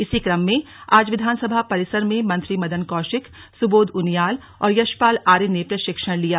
इसी क्रम में आज विधानसभा परिसर में मंत्री मदन कौशिक सुबोध उनियाल और यशपाल आर्य ने प्रशिक्षण लिया